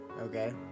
Okay